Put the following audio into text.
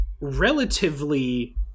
relatively